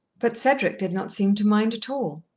but cedric did not seem to mind at all.